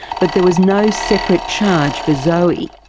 but there was no separate charge for zoe.